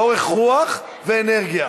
אורך רוח ואנרגיה.